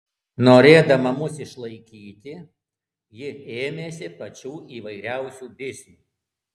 norėdama mus išlaikyti ji ėmėsi pačių įvairiausių biznių